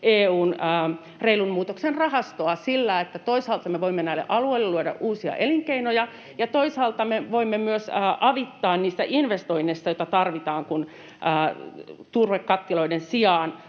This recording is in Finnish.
EU:n reilun muutoksen rahastoa siten, että toisaalta me voimme näille alueille luoda uusia elinkeinoja ja toisaalta me voimme myös avittaa niissä investoinneissa, joita tarvitaan, kun turvekattiloiden sijaan